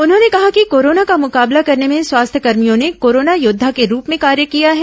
उन्होंने कहा कि कोरोना का मुकाबला करने में स्वास्थ्यकर्मियों ने कोरोना योद्वा के रूप में कार्य किया है